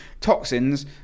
toxins